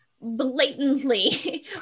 blatantly